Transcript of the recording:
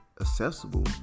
accessible